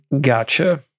Gotcha